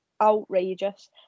outrageous